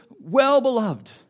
well-beloved